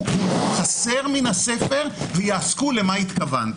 הוא חסר מן הספר, ויעסקו רבות בשאלה למה התכוונתם.